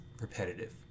repetitive